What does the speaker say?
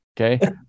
okay